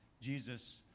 Jesus